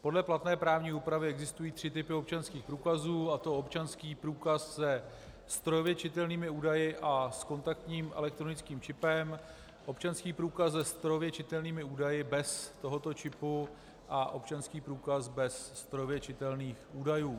Podle platné právní úpravy existují tři typy občanských průkazů, a to občanský průkaz se strojově čitelnými údaji a s kontaktním elektronickým čipem, občanský průkaz se strojově čitelnými údaji bez tohoto čipu a občanský průkaz bez strojově čitelných údajů.